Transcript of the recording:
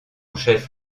chef